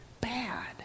bad